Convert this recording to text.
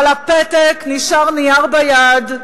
אבל הפתק נשאר נייר ביד.